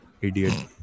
Idiot